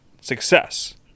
success